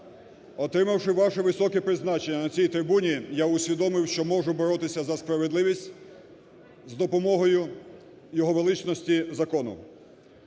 отримавши ваше високе призначення на цій трибуні, я усвідомив, що можу боротися за справедливість з допомогою його величності закону.